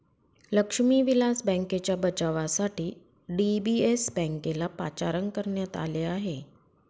लक्ष्मी विलास बँकेच्या बचावासाठी डी.बी.एस बँकेला पाचारण करण्यात आले आहे